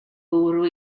bwrw